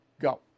Go